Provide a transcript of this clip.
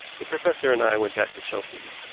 the professor and i went back to chelsea.